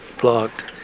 blocked